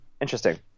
interesting